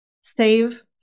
save